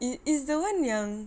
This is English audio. it's is the one yang